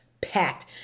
packed